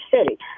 City